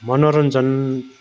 मनोरञ्जन